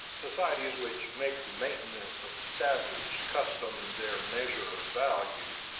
societies which make the maintenance of established custom their measure of value,